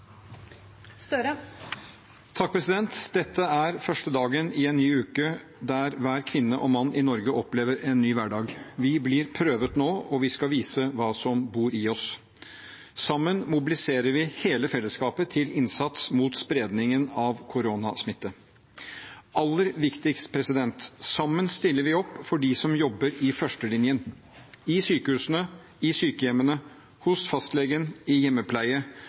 i en ny uke der hver kvinne og mann i Norge opplever en ny hverdag. Vi blir prøvd nå, og vi skal vise hva som bor i oss. Sammen mobiliserer vi hele fellesskapet til innsats mot spredningen av koronasmitte. Aller viktigst: Sammen stiller vi opp for dem som jobber i førstelinjen – i sykehusene, i sykehjemmene, hos fastlegen, i